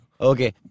okay